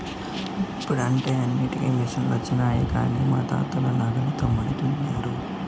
ఇప్పుడంటే అన్నింటికీ మిసనులొచ్చినాయి కానీ మా తాతలు నాగలితోనే మడి దున్నినారు